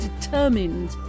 determined